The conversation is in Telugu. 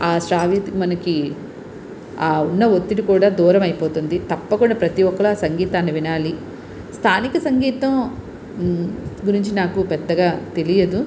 ఆ శ్రావ్యతకి మనకి ఆ ఉన్న ఒత్తిడి కూడా దూరం అయిపోతుంది తప్పకుండా ప్రతీ ఒక్కరు అలాంటి సంగీతాన్ని వినాలి స్థానిక సంగీతం గురించి నాకు పెద్దగా తెలియదు